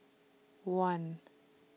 one